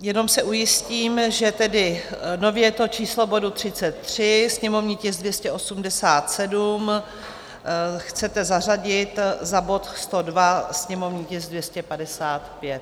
Jenom se ujistím, že tedy nově to číslo bodu 33, sněmovní tisk 287, chcete zařadit za bod 102, sněmovní tisk 255.